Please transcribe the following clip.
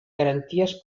garanties